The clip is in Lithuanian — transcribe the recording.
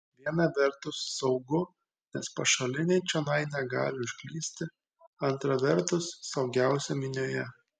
viena vertus saugu nes pašaliniai čionai negali užklysti antra vertus saugiausia minioje